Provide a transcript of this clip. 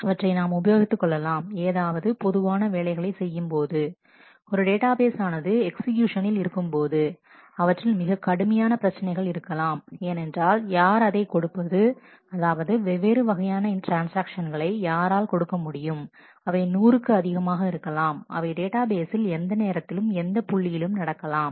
அவற்றை நாம் உபயோகித்துக்கொள்ளலாம் ஏதாவது பொதுவான வேலைகளை செய்யும்போது ஒரு டேட்டா பேஸ் ஆனது எக்ஸ்கியூஸனனில் இருக்கும்போது அவற்றில் மிகக் கடுமையான பிரச்சினைகள் இருக்கலாம் ஏனென்றால் யார் அதை கொடுப்பது அதாவது வெவ்வேறு வகையான ட்ரான்ஸ்ஆக்ஷன்களை யாரால் கொடுக்க முடியும் அவை 100க்கு அதிகமாக இருக்கலாம் அவை டேட்டாபேஸில் எந்த நேரத்திலும் எந்த புள்ளியிலும் நடக்கலாம்